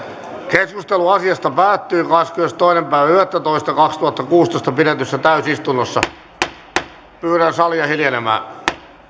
keskustelu asiasta päättyi kahdeskymmenestoinen yhdettätoista kaksituhattakuusitoista pidetyssä täysistunnossa